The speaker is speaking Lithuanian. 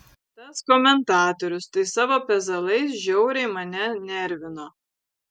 tas komentatorius tai savo pezalais žiauriai mane nervino